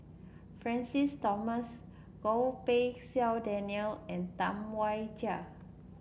Francis Thomas Goh Pei Siong Daniel and Tam Wai Jia